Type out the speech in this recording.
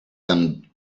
them